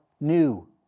new